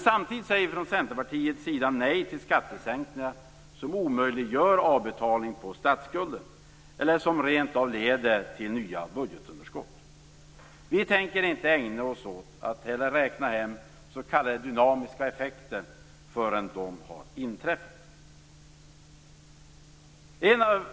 Samtidigt säger vi från Centerpartiets sida nej till skattesänkningar som omöjliggör avbetalning på statsskulden eller som rent av leder till nya budgetunderskott. Vi tänker inte ägna oss åt att räkna hem s.k. dynamiska effekter förrän de har inträffat.